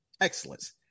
excellence